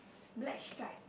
black stripe